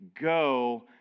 go